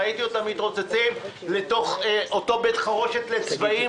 ראיתי אותם מתרוצצים לתוך אותו בית חרושת לצבעים